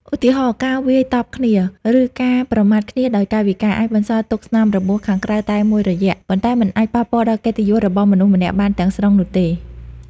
ឧទាហរណ៍ ការវាយតប់គ្នា ឬការប្រមាថគ្នាដោយកាយវិការ អាចបន្សល់ទុកស្នាមរបួសខាងក្រៅតែមួយរយៈ ប៉ុន្តែមិនអាចប៉ះពាល់ដល់កិត្តិយសរបស់មនុស្សម្នាក់បានទាំងស្រុងនោះទេ។